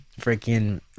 freaking